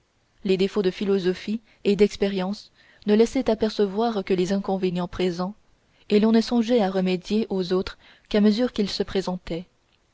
le défaut de philosophie et d'expérience ne laissait apercevoir que les inconvénients présents et l'on ne songeait à remédier aux autres qu'à mesure qu'ils se présentaient